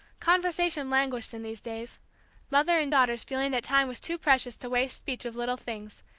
conversation languished in these days mother and daughters feeling that time was too precious to waste speech of little things,